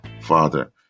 father